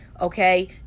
okay